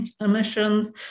emissions